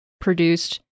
produced